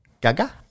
Gaga